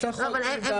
אני ארשום לעצמי.